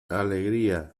alegría